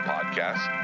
podcast